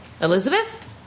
Elizabeth